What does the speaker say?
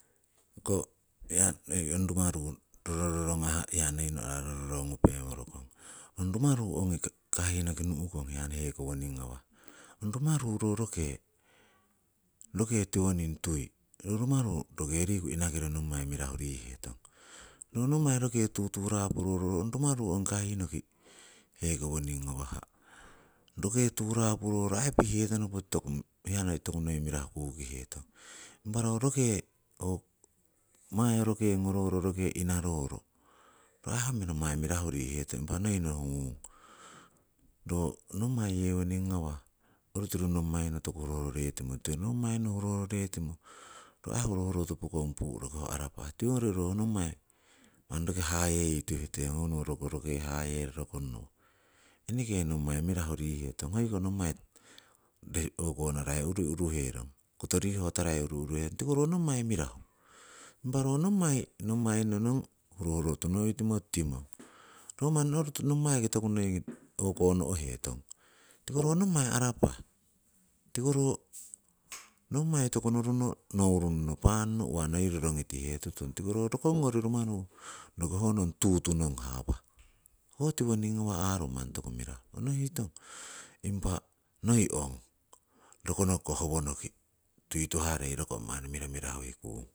Ong ko hiya noi rumaru rorongah hiya noi no'ra rorongupe ngomorokong, ong rumaru ongi kahihnoki nu'kong hiya hekowoning ngawah, ong rumaru ro roke, roke tiwoning tui ro rumaru roke riku inakiro ro nommai mirahu rihetong. Ro nommai roke tuturapuroro ong rumaru ong kahihnoki hekowoning ngawah roke turapuroro aii pihetonoko hiya tokunoi mirahu kukihetong. Impa ro roke ho mayo roke ngororo, roke inaroro, ro aii nommai mirahu rihetong, impa noi nohungung, ro nommai yewoning ngawah orutiru toku nommainno toku huro huroretimo tutihetute nommainno hurohuroretimo ho hurohuroto pokong puu' ho harapah. Tiwongori ro nommai manni roki hayeyituhetong, honowo roke hayerorokong, eneke nommai mirahu rihetong. Hoiko nommai o'konorai urui huruherong koto rihotarai urui uruherong tiko ro nommai mirahu. Impa ro nommai, nommaiying nong. hurohurotu ngoitimo tutimong, ro manni nommai toku o'konono'hetong tiko ro nommai arapah. Tiko ro nommai toku noruno nourunno panno uwa noi rorongitihetutong, tiko ro rokongori rumaru oh ong tutu'nong hawah ho tiwoning arung manni toku mirahu onohitong. Impah noi ong rokonokiko howonoki tui tuharei manni miramira hui kung